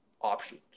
option